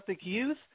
youth